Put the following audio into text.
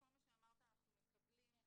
כל מה שאמרת אנחנו מקבלים,